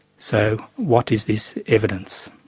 so what is this evidence?